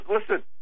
Listen